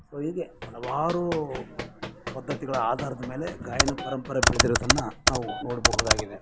so ಹೀಗೆ ಹಲವಾರು ಪದ್ಧತಿಗಳ ಆಧಾರದ ಮೇಲೆ ಗಾಯನ ಪರಂಪರೆ ಬೆಳೆದಿರೋದನ್ನು ನಾವು ನೋಡಬಹುದಾಗಿದೆ